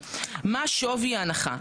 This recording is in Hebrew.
מה שווי ההנחה?